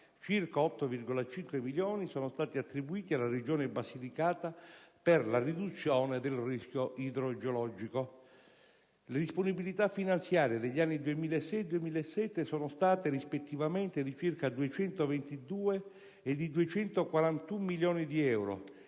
circa 8,5 milioni sono stati attribuiti alla Regione Basilicata per la riduzione del rischio idrogeologico. Le disponibilità finanziarie degli anni 2006 e 2007 sono state, rispettivamente, di circa 222 e di 241 milioni di euro